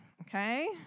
okay